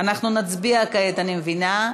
אנחנו נצביע כעת, אני מבינה.